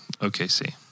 OKC